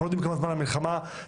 אנחנו לא יודעים כמה זמן המלחמה תיארך,